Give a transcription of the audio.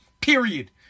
period